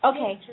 Okay